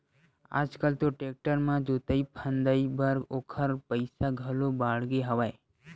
आज कल तो टेक्टर म जोतई फंदई बर ओखर पइसा घलो बाड़गे हवय